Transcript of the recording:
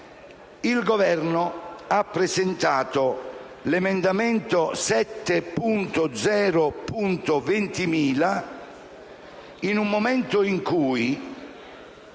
Il Governo ha presentato l'emendamento 7.0.20000 in un momento in cui